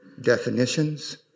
definitions